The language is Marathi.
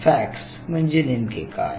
फॅक्स म्हणजे नेमके काय